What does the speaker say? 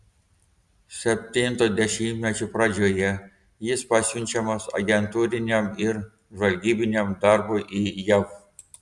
septinto dešimtmečio pradžioje jis pasiunčiamas agentūriniam ir žvalgybiniam darbui į jav